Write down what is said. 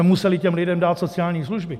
Museli jsme těm lidem dát sociální služby.